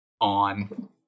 on